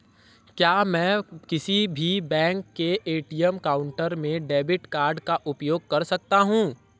क्या मैं किसी भी बैंक के ए.टी.एम काउंटर में डेबिट कार्ड का उपयोग कर सकता हूं?